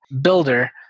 builder